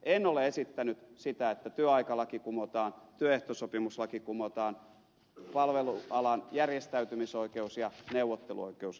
en ole esittänyt sitä että työaikalaki kumotaan työehtosopimuslaki kumotaan palvelualan järjestäytymisoikeus ja neuvotteluoikeus kumotaan